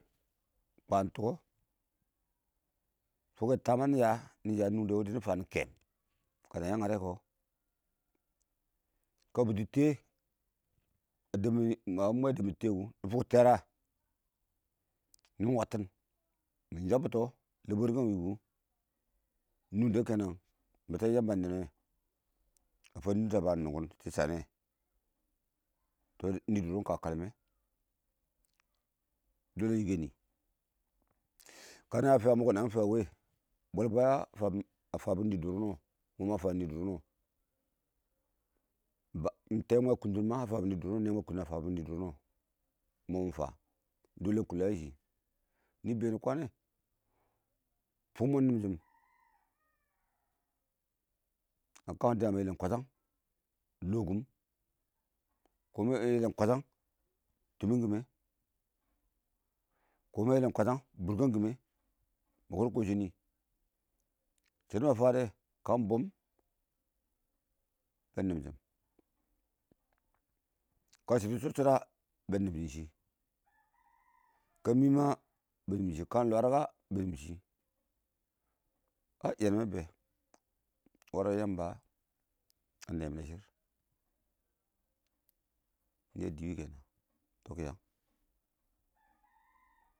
kwan tukka fʊkkɔ tama niyam nungdɛ dini fani kɛmɔ kana yang, ngarɛ kɔ kə bʊddi tiyɛ dɛb mɪ nɪ mwɛ a dɛb mini tiyɛ kʊ nɪ fʊkkɛ tɛea nɪ wattin nɪ yabbits lebwəri kə wɪɪn kʊ nungdɛ wɔ battɔ yamba a nɛn nɛ ma fan nungde ba nʊngʊm shɪ shanɪ, tɔ nɪ dʊr wɔ iɪng kə kalmɛ shɔni dɪ yike nɪ kayabɔ fams kɔ na yang fan wɛ, bwɛl bwewɔ a fabʊ nɪ dʊr wʊnʊ mɔ ma fam tɛɛ mwɛ a kuttin fabʊ nidor wʊnʊ nɛɛ mwɛ a kuttin fabʊ nɪ dʊr wʊni wɔ mɔ mɪ fan yɛ shɪ fʊk mɔn nim shɪn a kan dɪya ma yɛlɛm kwɛshang mʊr lɔ kʊm ma yɛlɛm kwɛahang timmɛn kimə mɔ ma yɛlɛm kwɛshang a bʊrkan kimə, ma kədʊ kɔshe nɪ kə mwara kə bʊn kɔ bɛn nim shɪm ng yɔn mɛ bɛ warɛ yamba a naiyi mɪn shirta kɪ yang.